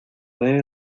debe